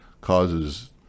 causes